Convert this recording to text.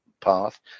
path